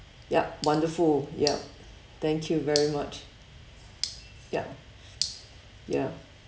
yup wonderful yup thank you very much yup ya